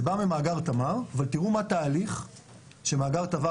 זה בא ממאגר תמר אבל תראו מה התהליך שמאגר תמר